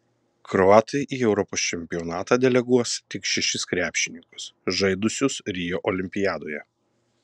kroatai į europos čempionatą deleguos tik šešis krepšininkus žaidusius rio olimpiadoje